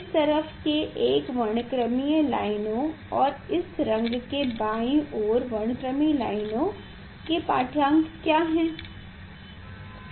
इस तरफ के एक वर्णक्रमीय लाइनों और इसी रंग के बाईं ओर वर्णक्रमीय लाइनों के पाठ्यांक क्या है